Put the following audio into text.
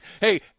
hey